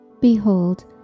Behold